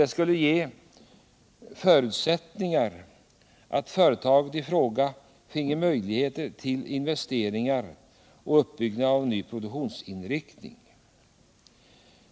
Det skulle skapa förutsättningar för företaget att göra investeringar och bygga upp en ny produktionsinriktning.